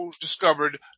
discovered